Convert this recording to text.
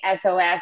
SOS